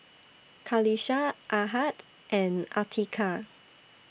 Qalisha Ahad and Atiqah